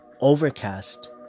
Overcast